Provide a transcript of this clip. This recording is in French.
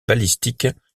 balistiques